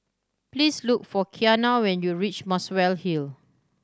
please look for Kiana when you reach Muswell Hill